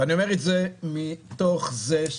ואני אומר את זה מתוך זה,